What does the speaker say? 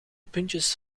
puntjes